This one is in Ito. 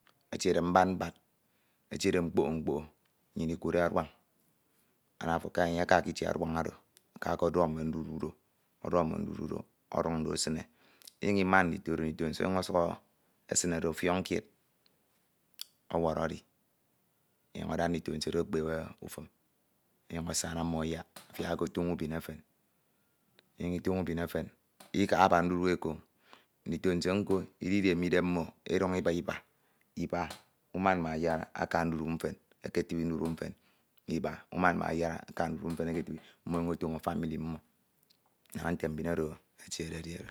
etiede mbad mbad etiede mkpoho mkpoho nnyin ikud e aruañ ana afo aka enye aka k'ilie anuañ oro aka ọkọde mme ndudu do ọdọk ndudu do odun do esine inyañ iman ndito oro ndito nsie ọnyañ ọsuk esine do ọfiọñ kied ọnyañ ada ndito nsie oro ekpep ufim ọnyañ asana mmo ayak afiak okotoño ubin efen inyañ itoño ndito nsie nko idideme idem mmo eketibi ndudu mfen uman ma ayara aka ndudu mfen eketibi etoño family mmo, naña nte mbin oro etiebe edi oro.